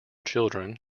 children